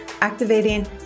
activating